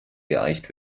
geeicht